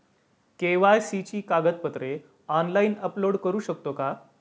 KYC ची कागदपत्रे online upload करू शकतो का?